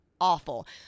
awful